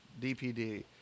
dpd